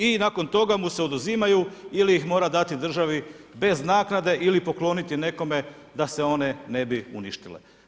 I nakon toga mu se oduzimaju ili ih mora dati državi bez naknade ili pokloniti nekome da se one ne bi uništile.